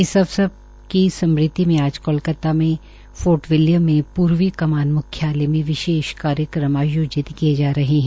इस असवर की स्मृति में आज कोलकता में फोर्ट विलियम में पूवी कमान म्ख्यालय में विशेष कार्यक्रम आयोजित किये जा रहे है